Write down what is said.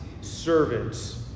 servants